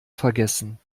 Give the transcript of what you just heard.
vergessen